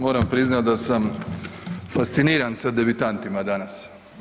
Moram priznati da sam fasciniran sa devitantima danas.